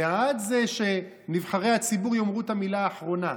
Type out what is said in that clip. בעד זה שנבחרי הציבור יאמרו את המילה האחרונה,